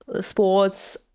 sports